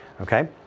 Okay